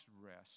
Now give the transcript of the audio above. rest